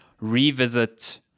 revisit